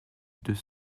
deux